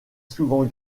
souvent